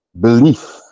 Belief